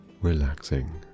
relaxing